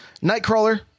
nightcrawler